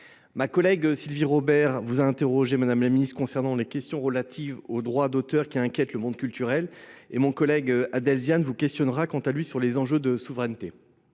Ma collègue Sylvie Robert vous a interrogé madame la ministre concernant les questions relatives aux droits d'auteur qui inquiètent le monde culturel et mon collègue Adelzian vous questionnera quant à lui sur les enjeux de souveraineté.